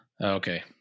Okay